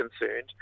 concerned